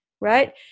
right